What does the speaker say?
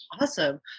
Awesome